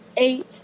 Eight